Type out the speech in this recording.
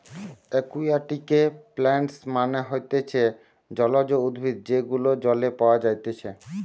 একুয়াটিকে প্লান্টস মানে হতিছে জলজ উদ্ভিদ যেগুলো জলে পাওয়া যাইতেছে